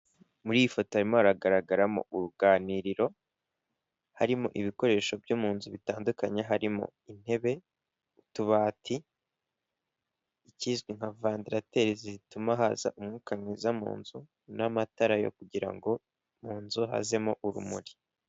Muri iyi foto harimana agaragaramo uruganiriro harimo ibikoresho byo mu nzu bitandukanye harimo intebe, utubati ikizwi nka vandarateri zituma haza umwuka mwiza mu nzu, n'amatara yo kugira ngo mu nzu hazemo urumuri.